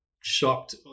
shocked